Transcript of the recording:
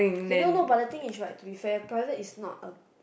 okay no no but the thing is right to be fair private is not ah